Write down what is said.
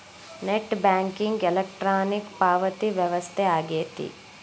net banking electronic ಪಾವತಿ ವ್ಯವಸ್ಥೆ ಆಗೆತಿ